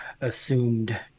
assumed